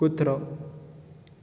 कुत्रो